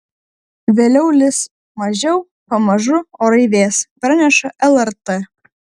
vėliau lis mažiau pamažu orai vės praneša lrt